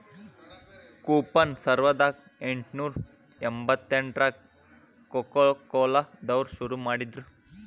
coupon ಸಾವರ್ದಾ ಎಂಟ್ನೂರಾ ಎಂಬತ್ತೆಂಟ್ರಾಗ ಕೊಕೊಕೊಲಾ ದವ್ರು ಶುರು ಮಾಡಿದ್ರು